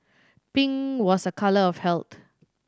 pink was a colour of health